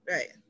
Right